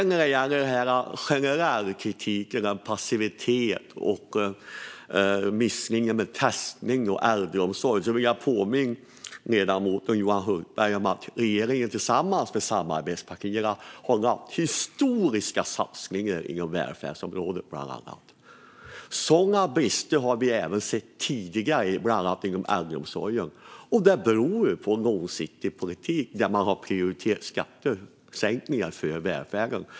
När det gäller den generella kritiken om passivitet och missar vid testning och i äldreomsorgen vill jag påminna ledamoten Johan Hultberg om att regeringen tillsammans med samarbetspartierna har gjort historiska satsningar på bland annat välfärdsområdet. Det har varit brister även tidigare inom bland annat äldreomsorgen, och det beror på en långsiktig politik där man har prioriterat skattesänkningar före välfärden.